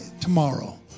tomorrow